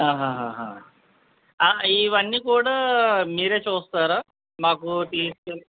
ఇవన్నీ కూడా మీరే చూస్తారా మాకు తీసుకు వెళ్లి